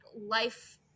life